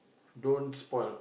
don't spoil